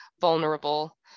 vulnerable